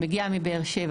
מגיע מבאר שבע,